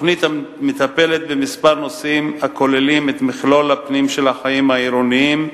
התוכנית מטפלת בכמה נושאים הכוללים את מכלול הפנים של החיים העירוניים,